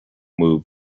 move